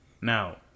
Now